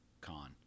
con